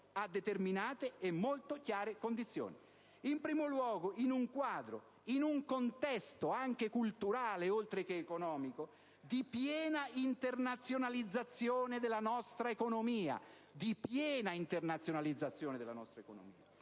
a determinate e molto chiare condizioni: in primo luogo, in un quadro, in un contesto, anche culturale, oltre che economico, di piena internazionalizzazione della nostra economia.